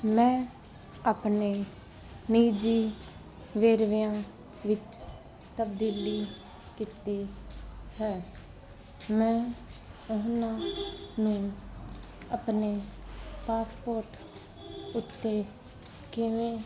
ਮੈਂ ਆਪਣੇ ਨਿੱਜੀ ਵੇਰਵਿਆਂ ਵਿੱਚ ਤਬਦੀਲੀ ਕੀਤੀ ਹੈ ਮੈਂ ਉਨ੍ਹਾਂ ਨੂੰ ਆਪਣੇ ਪਾਸਪੋਰਟ ਉੱਤੇ ਕਿਵੇਂ